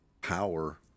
power